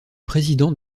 président